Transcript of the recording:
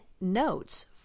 notes